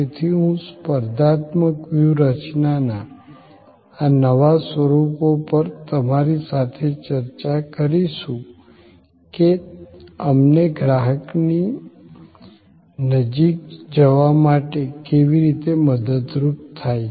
તેથી હું સ્પર્ધાત્મક વ્યૂહરચનાના આ નવા સ્વરૂપો પર તમારી સાથે ચર્ચા કરીશું કે તે અમને ગ્રાહકની નજીક જવા માટે કેવી રીતે મદદરૂપ થાય છે